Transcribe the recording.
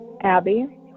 Abby